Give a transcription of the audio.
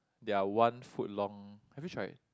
their one foot long have you tried